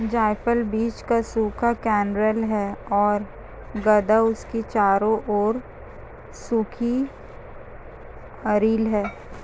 जायफल बीज का सूखा कर्नेल है और गदा इसके चारों ओर सूखी अरिल है